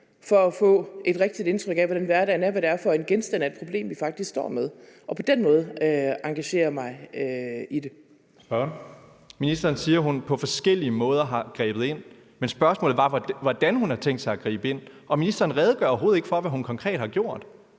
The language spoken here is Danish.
for at få et rigtigt indtryk af, hvordan hverdagen er, og hvad det er for en genstand af et problem, vi faktisk står med, og på den måde engagerer jeg mig i det. Kl. 15:23 Tredje næstformand (Karsten Hønge): Spørgeren. Kl. 15:23 Mikkel Bjørn (DF): Ministeren siger, at hun på forskellige måder har grebet ind, men spørgsmålet var, hvordan hun har tænkt sig at gribe ind, og ministeren redegør overhovedet ikke for, hvad hun konkret har gjort.